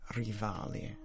rivali